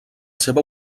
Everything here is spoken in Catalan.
seva